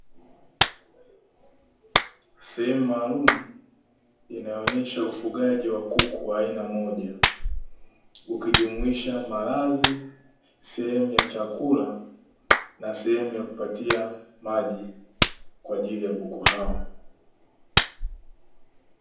Sehemu maalumu inayoonesha ufugaji wa kuku aina moja ukijumuisha maladhi, sehemu ya chakula na sehemu ya kupatia maji kwa ajili ya kuku hao.